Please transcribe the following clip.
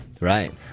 Right